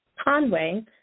Conway